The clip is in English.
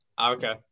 Okay